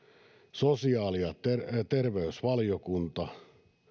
sosiaali ja terveysvaliokunta